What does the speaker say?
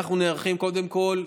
אנחנו נערכים קודם כול,